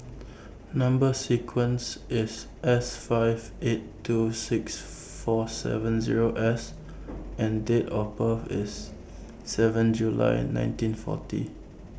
Number sequence IS S five eight two six four seven Zero S and Date of birth IS seven July nineteen forty